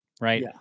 Right